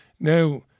Now